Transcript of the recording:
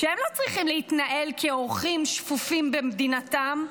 שהם לא צריכים להתנהל כאורחים שפופים במדינתם,